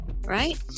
right